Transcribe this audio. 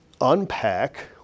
unpack